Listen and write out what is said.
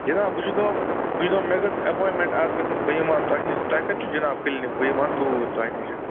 جِناب بہٕ چھُس دَپان بہٕ چھُس دَپان مےٚ گٔژھ اٮ۪پایِنٛٹمٮ۪نٛٹ اَکھ گٔژھٕم بہٕ یِمہٕ ہا تۄہہِ نِش تۄہہِ کَتہِ چھُ جِناب کٕلنِک بہٕ یِم ہا توٗرۍ تۄہہِ نِش